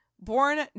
Born